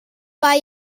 buy